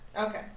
Okay